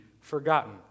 forgotten